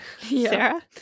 Sarah